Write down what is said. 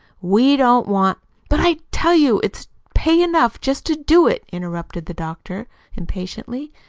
we don't want but i tell you it's pay enough just to do it, interrupted the doctor impatiently.